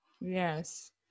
Yes